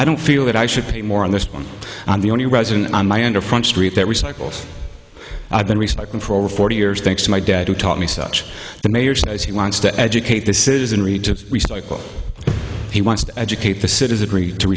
i don't feel that i should pay more on this one i'm the only resident on my under front street that recycles i've been recycling for over forty years thanks to my dad who taught me so much the mayor says he wants to educate the citizenry to recycle he wants to educate the citizenry to